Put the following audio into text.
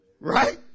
Right